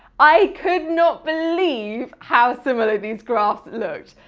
i could not believe how similar these graphs looked!